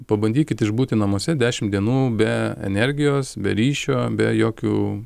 pabandykit išbūti namuose dešimt dienų be energijos be ryšio be jokių